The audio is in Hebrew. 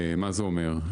מה זה אומר?